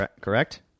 correct